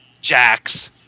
Jax